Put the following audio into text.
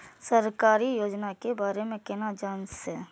सरकारी योजना के बारे में केना जान से?